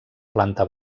planta